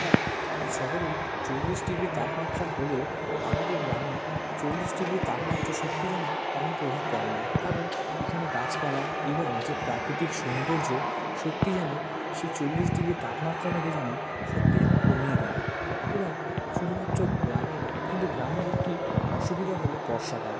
তাই শহরে চল্লিশ ডিগ্রি তাপমাত্রা হলেও আমাদের গ্রামে চল্লিশ ডিগ্রি তাপমাত্রা সত্যি যেন তেমন প্রভাব পড়ে না কারণ এখানে গাছপালা এবং যে প্রাকৃতিক সৌন্দর্য সত্যি যেন সেই চল্লিশ ডিগ্রি তাপমাত্রাটাকে যেন সত্যি যেন কমিয়ে দেয় এবং শুধুমাত্র গ্রামেই নয় কিন্তু গ্রামের একটি অসুবিধা হলো বর্ষাকাল